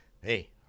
Hey